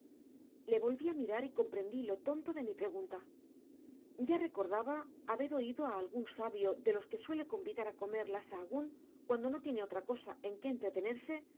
le volví a mirar y comprendí lo tonto de mi pregunta ya recordaba haber oído a algún sabio de los que suele convidar a comer la sahagún cuando no tiene otra cosa en que entretenerse